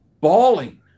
bawling